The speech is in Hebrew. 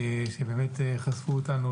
שבאומץ חשפו אותנו